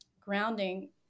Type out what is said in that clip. grounding